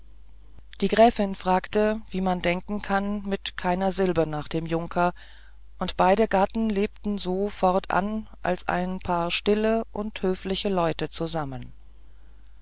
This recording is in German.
die gräfin fragte wie man denken kann mit keiner silbe nach dem junker und beide gatten lebten so fortan als ein paar stille und höfliche leute zusammen